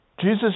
Jesus